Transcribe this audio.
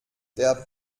der